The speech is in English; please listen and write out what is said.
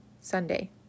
Sunday